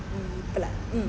mm but like mm